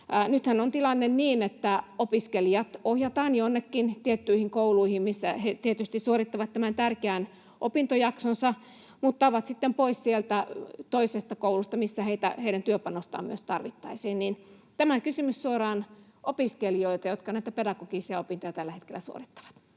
Nythän on tilanne niin, että opiskelijat ohjataan jonnekin tiettyihin kouluihin, missä he tietysti suorittavat tämän tärkeän opintojaksonsa mutta ovat sitten pois sieltä toisesta koulusta, missä heidän työpanostaan myös tarvittaisiin. Tämä kysymys suoraan opiskelijoilta, jotka näitä pedagogisia opintoja tällä hetkellä suorittavat.